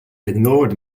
ignored